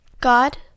God